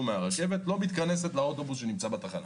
מהרכבת לא מתכנסת לאוטובוס שנמצא בתחנה.